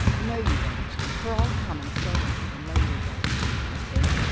no, you won't, for i'll come and stay with you and lay your ghost i said.